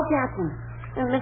Captain